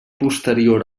posterior